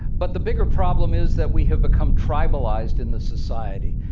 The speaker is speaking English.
but the bigger problem is that we have become trivialized in this society.